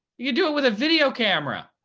you do it with a video camera.